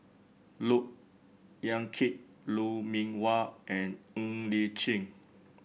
Look Yan Kit Lou Mee Wah and Ng Li Chin